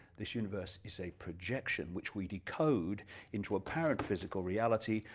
this universe is a projection which we decode into apparent physical reality,